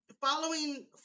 following